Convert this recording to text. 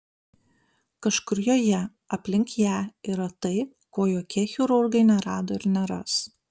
kažkur joje aplink ją yra tai ko jokie chirurgai nerado ir neras